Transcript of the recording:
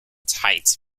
tight